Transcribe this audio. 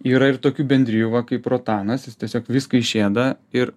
yra ir tokių bendrijų va kaip rotanas jis tiesiog viską išėda ir